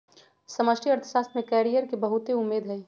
समष्टि अर्थशास्त्र में कैरियर के बहुते उम्मेद हइ